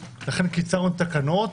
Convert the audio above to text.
לכן קיצרנו את התקנות,